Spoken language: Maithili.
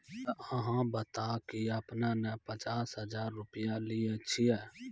ते अहाँ बता की आपने ने पचास हजार रु लिए छिए?